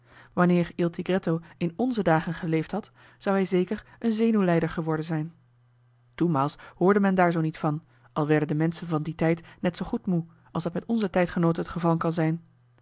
il tigretto in nze dagen geleefd had zou hij zeker een zenuwlijder geworden zijn toenmaals hoorde men daar zoo niet van al werden de menschen van dien tijd net zoo goed moe als dat met onze tijdgenooten het geval kan zijn